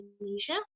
Indonesia